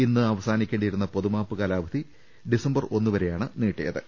ഇന്ന് അവസാനിക്കേണ്ടിയിരുന്ന പൊതുമാപ്പ് കാലാവധി ഡിസംബർ ഒന്നു വരെയാണ് നീട്ടിയത്